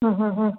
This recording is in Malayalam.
ആ ആ ആ